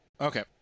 Okay